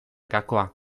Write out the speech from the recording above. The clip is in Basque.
gakoa